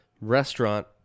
Restaurant